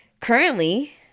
currently